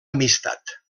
amistat